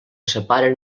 separen